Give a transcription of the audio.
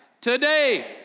Today